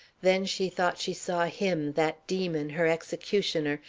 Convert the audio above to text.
then she thought she saw him, that demon, her executioner,